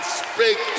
speak